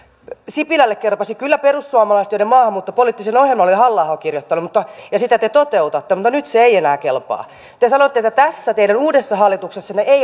sipilälle kelpasi kyllä perussuomalaiset joiden maahanmuuttopoliittisen ohjelman oli halla aho kirjoittanut ja sitä te toteutatte mutta nyt se ei enää kelpaa te sanotte että tässä teidän uudessa hallituksessanne ei